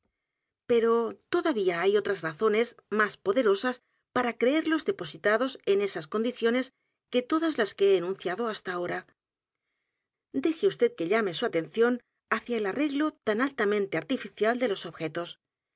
o todavía hay otras razones más poderosas para creerlos depositados en esas condiciones que todas las que he enunciado h a s t a ahora deje vd que llame su atención hacia el arreglo tan altamente artificial de los objetos